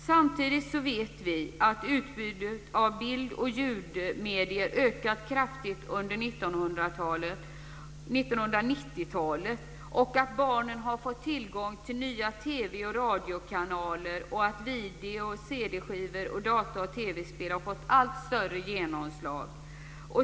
Samtidigt vet vi att utbudet av bild och ljudmedier har ökat kraftigt under 1990-talet. Barnen har fått tillgång till nya TV och radiokanaler, och video, cd-skivor , data och TV-spel har fått allt större genomslag.